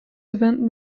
event